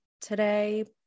today